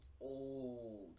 old